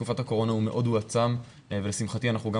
בתקופת הקורונה הוא מאוד הועצם ולשמחתי אנחנו גם